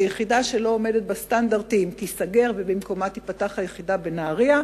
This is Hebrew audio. ויחידה שלא עומדת בסטנדרטים תיסגר ובמקומה תיפתח היחידה בנהרייה.